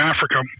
Africa